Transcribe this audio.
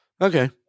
Okay